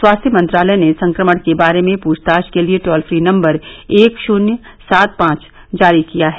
स्वास्थ्य मंत्रालय ने संक्रमण के बारे में पूछताछ के लिए टोल फ्री नंबर एक शून्य सात पांच जारी किया है